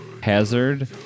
Hazard